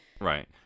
Right